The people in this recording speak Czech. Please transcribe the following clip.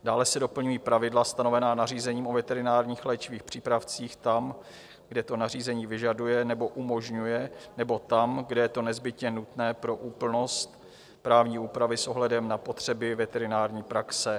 Dále se doplňují pravidla stanovená nařízením o veterinárních léčivých přípravcích tam, kde to nařízení vyžaduje nebo umožňuje, nebo tam, kde je to nezbytně nutné pro úplnost právní úpravy s ohledem na potřeby veterinární praxe.